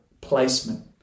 placement